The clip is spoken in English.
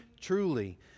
truly